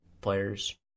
players